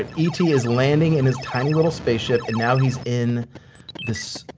and e t. is landing in his tiny little spaceship and now he's in this,